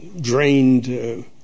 drained